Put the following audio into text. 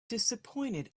disappointed